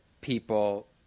people –